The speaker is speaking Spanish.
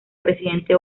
presidente